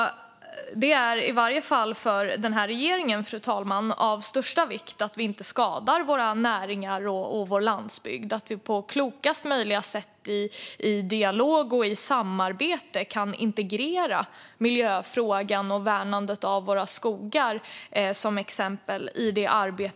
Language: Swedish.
Det är i varje fall för regeringen, fru talman, av största vikt att vi inte skadar våra näringar och vår landsbygd. Vi ska på klokast möjliga sätt i dialog och i samarbete integrera miljöfrågan och värnandet av våra skogar.